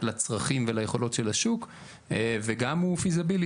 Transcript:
לצרכים וליכולות של השוק וגם הוא בר ביצוע,